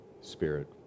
spirit